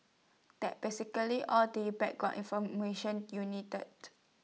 that's basically all the background information you needed